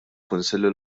kunsilli